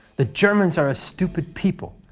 the germans are a stupid people.